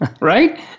Right